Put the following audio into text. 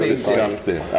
Disgusting